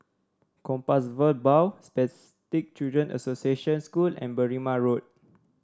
Compassvale Bow Spastic Children Association School and Berrima Road